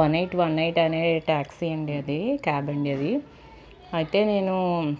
one eight one eight అనే taxi అండి అదీ క్యాబండి అదీ అయితే నేనూ